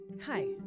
Hi